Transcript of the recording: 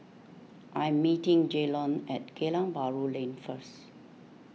I am meeting Jaylon at Geylang Bahru Lane first